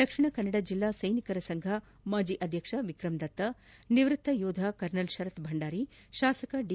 ದಕ್ಷಿಣ ಕನ್ನಡ ಜಿಲ್ಲಾ ಸೈನಿಕರ ಸಂಘ ಮಾಜಿ ಅಧ್ಯಕ್ಷ ವಿಕ್ರಮ್ ದತ್ತಾ ನಿವೃತ್ತ ಯೋಧ ಕರ್ನಲ್ ಶರತ್ ಭಂಡಾರಿ ಶಾಸಕ ದಿ